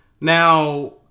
Now